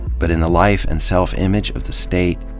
but in the life and self-image of the state,